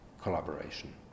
collaboration